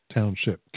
Township